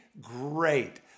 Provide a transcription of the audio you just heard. Great